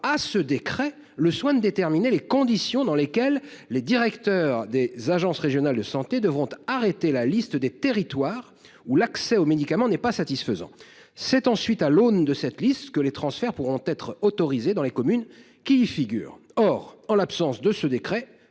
à ce décret le soin de déterminer les conditions dans lesquelles les directeurs des agences régionales de santé devront arrêter la liste des territoires où l’accès au médicament n’est pas satisfaisant. C’est ensuite à l’aune de cette liste que les transferts pourront être autorisés dans les communes qui y figurent. En l’absence de décret,